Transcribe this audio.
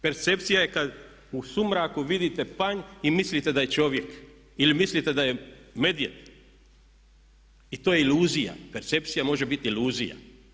Percepcija je kad u sumraku vidite panj i mislite da je čovjek ili mislite da je medvjed i to je iluzija, percepcija može biti iluzija.